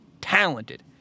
talented